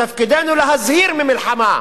ותפקידנו להזהיר ממלחמה,